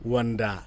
Wanda